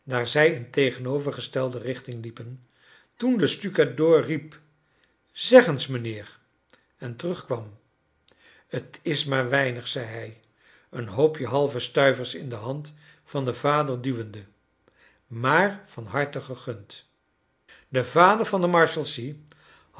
daar zij in tegenovergestelde richting liepen toen de stukadoor riep zeg eens mijnheer en terugkwam t is maar weinig zei hij een hoopje halve stuivers in de hand van den vader duwende maar van harte gegund de vader van de marshalsea